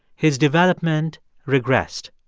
his development regressed.